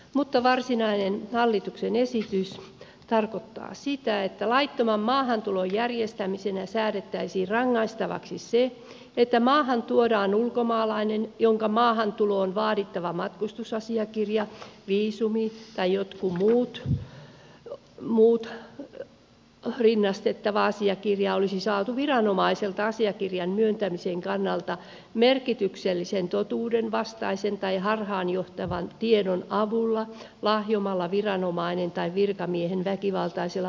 mutta varsinainen hallituksen esitys tarkoittaa sitä että laittoman maahantulon järjestämisenä säädettäisiin rangaistavaksi se että maahan tuodaan ulkomaalainen jonka maahantuloon vaadittava matkustusasiakirja viisumi tai jokin muu rinnastettava asiakirja olisi saatu viranomaiselta asiakirjan myöntämisen kannalta merkityksellisen totuudenvastaisen tai harhaanjohtavan tiedon avulla lahjomalla viranomainen tai virkamiehen väkivaltaisella vastustamisella